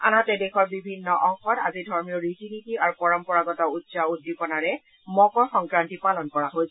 আনহাতে দেশৰ বিভিন্ন অংশত আজি ধৰ্মীয় ৰীতি নীতি আৰু পৰম্পৰাগত উৎসাহ উদ্দীপনাৰে মকৰ সংক্ৰান্তি পালন কৰা হৈছে